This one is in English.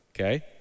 okay